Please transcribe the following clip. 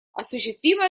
осуществима